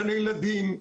גני ילדים,